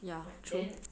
ya true